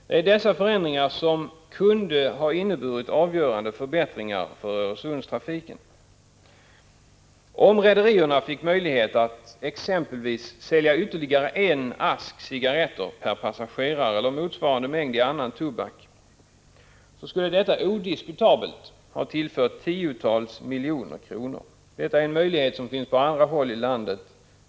Det är dessa förändringar som kunde ha inneburit avgörande förbättringar för Öresundstrafiken. Om rederierna fick möjlighet att exempelvis sälja ytterligare en ask cigaretter per passagerare eller motsvarande mängd i annan tobak, skulle detta odiskutabelt tillföra tiotals miljoner kronor. Det är en möjlighet som finns på andra håll i landet.